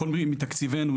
הכול מתקציבנו,